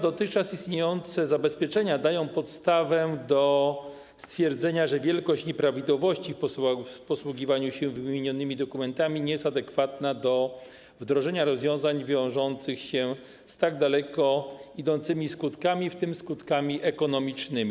Dotychczas istniejące zabezpieczenia dają podstawę do stwierdzenia, że wielkość nieprawidłowości w posługiwaniu się wymienionymi dokumentami nie jest adekwatna do wdrożenia rozwiązań wiążących się z tak daleko idącymi skutkami, w tym skutkami ekonomicznymi.